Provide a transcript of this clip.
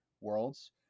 worlds